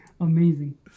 Amazing